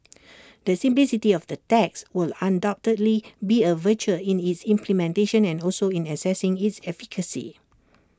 the simplicity of the tax will undoubtedly be A virtue in its implementation and also in assessing its efficacy